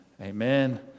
Amen